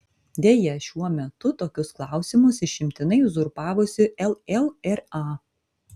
deja šiuo metu tokius klausimus išimtinai uzurpavusi llra